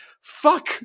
fuck